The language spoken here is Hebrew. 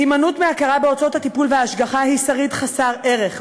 "הימנעות מהכרה בהוצאות הטיפול וההשגחה היא שריד חסר ערך,